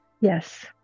Yes